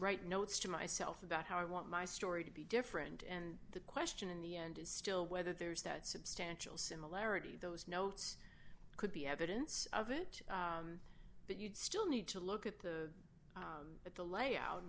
write notes to myself about how i want my story to be different and the question in the end is still whether there's that substantial similarity those notes could be evidence of it but you'd still need to look at the at the layout